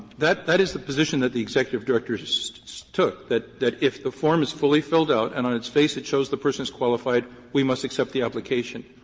that that is the position that the executive director so took, that that if the form is fully filled out and on its face it shows the person is qualified we must accept the application.